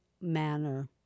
manner